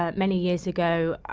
ah many years ago,